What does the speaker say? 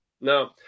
No